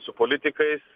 su politikais